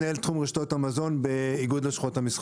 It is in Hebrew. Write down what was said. מנהל תחום רשתות המזון באיגוד לשכות המסחר.